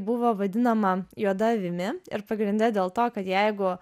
buvo vadinama juoda avimi ir pagrinde dėl to kad jeigu